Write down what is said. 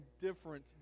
different